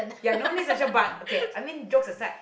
you are no need session but okay I mean joke aside